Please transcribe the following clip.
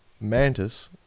mantis